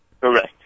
Correct